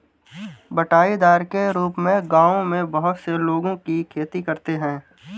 बँटाईदार के रूप में गाँवों में बहुत से लोगों की खेती करते हैं